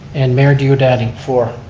and mayor diodati. for.